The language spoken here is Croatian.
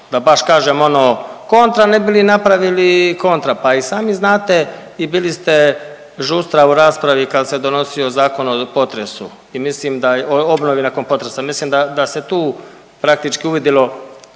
da baš kažem ono kontra, ne bi li napravili kontra, pa i sami znate i bili ste žustra u raspravi kad se donosio zakon o potresu i mislim da, obnovi nakon potresa, mislim da se tu praktički uvidjelo,